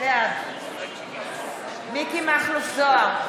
בעד מכלוף מיקי זוהר,